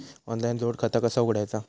Online जोड खाता कसा उघडायचा?